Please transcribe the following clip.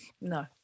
no